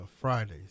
Fridays